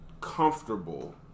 comfortable